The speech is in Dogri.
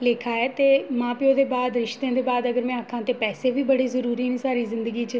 लेखा ऐ ते मां प्यो दे बाद रिश्तें दे बाद अगर में आक्खां ते पैसे बी बड़े जरूरी न साढ़ी जिंदगी च